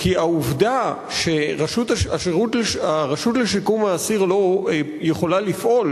כי העובדה שהרשות לשיקום האסיר לא יכולה לפעול,